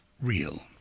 real